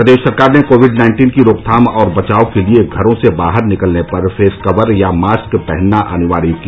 प्रदेश सरकार ने covid nineteen की रोकथाम और बचाव के लिए घरों से बाहर निकलने पर फेस कवर या मास्क पहनना अनिवार्य किया